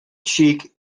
cheek